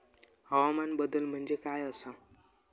हवामान बदल म्हणजे काय आसा?